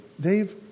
Dave